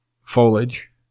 foliage